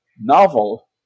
novel